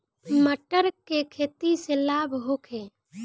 मटर के खेती से लाभ होखे?